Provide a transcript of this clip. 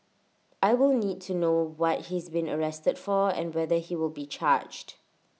I will need to know what he's been arrested for and whether he will be charged